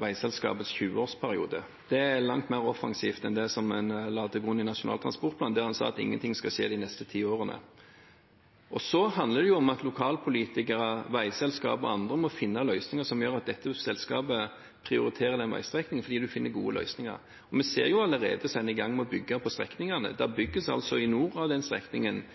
veiselskapets 20-årsperiode. Det er langt mer offensivt enn det som en la til grunn i Nasjonal transportplan, der en sa at ingenting skal skje de neste ti årene. Så handler det om at lokalpolitikere, veiselskap og andre må finne løsninger som gjør at dette selskapet prioriterer denne veistrekningen fordi en finner gode løsninger. Vi ser allerede at en er i gang med å bygge på strekningene. Det bygges i nord på strekningen